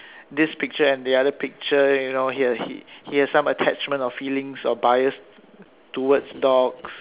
this picture and the other picture you know he uh he has some attachment or feelings or bias towards dogs